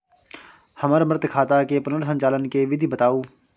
हमर मृत खाता के पुनर संचालन के विधी बताउ?